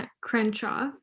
Crenshaw